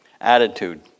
attitude